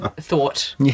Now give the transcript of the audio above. thought